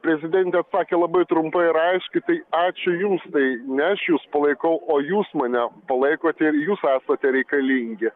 prezidentė atsakė labai trumpai ir aiškiai tai ačiū jums tai ne aš jus palaikau o jūs mane palaikote ir jūs esate reikalingi